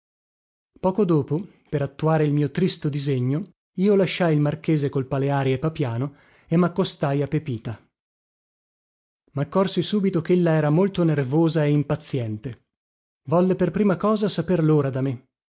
poco dopo per attuare il mio tristo disegno io lasciai il marchese col paleari e papiano e maccostai a pepita maccorsi subito chella era molto nervosa e impaziente volle per prima cosa saper lora da me